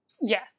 Yes